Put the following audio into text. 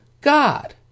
God